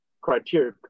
criteria